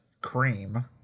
cream